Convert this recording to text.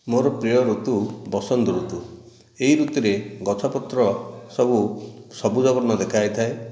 ମୋର ପ୍ରିୟ ଋତୁ ବସନ୍ତ ଋତୁ ଏହି ଋତୁରେ ଗଛପତ୍ର ସବୁ ସବୁଜ ବର୍ଣ୍ଣ ଦେଖାଯାଇଥାଏ